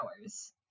hours